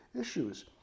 issues